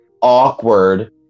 awkward